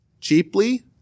cheaply